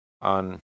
on